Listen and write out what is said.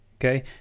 okay